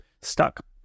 stuck